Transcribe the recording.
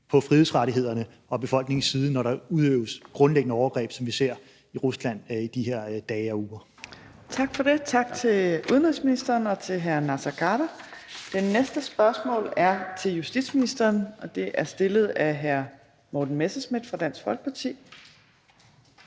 på frihedsrettighedernes og befolkningens side, når der udøves grundlæggende overgreb, som vi ser det i Rusland i de her dage og uger. Kl. 15:25 Fjerde næstformand (Trine Torp): Tak for det. Tak til udenrigsministeren og til hr. Naser Khader. Det næste spørgsmål er til justitsministeren, og det er stillet af hr. Morten Messerschmidt fra Dansk Folkeparti.